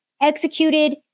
executed